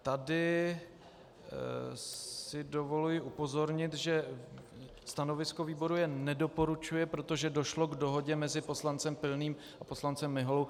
Tady si dovoluji upozornit, že stanovisko výboru je nedoporučuje, protože došlo k dohodě mezi poslancem Pilným a poslancem Miholou.